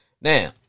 Now